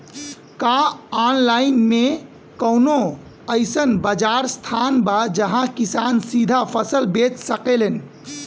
का आनलाइन मे कौनो अइसन बाजार स्थान बा जहाँ किसान सीधा फसल बेच सकेलन?